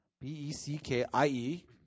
B-E-C-K-I-E